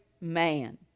man